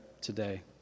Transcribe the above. today